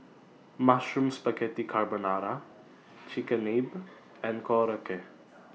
Mushroom Spaghetti Carbonara Chigenabe and Korokke